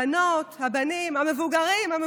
הבנות, הבנים, המבוגרים, המבוגרות,